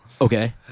Okay